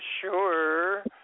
sure